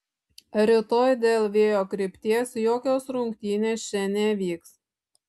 rytoj dėl vėjo krypties jokios rungtynės čia nevyks